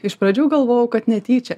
iš pradžių galvojau kad netyčia